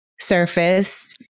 surface